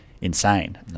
insane